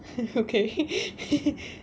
okay